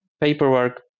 paperwork